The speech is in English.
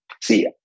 See